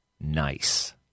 nice